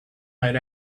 night